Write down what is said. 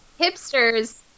hipsters